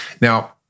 Now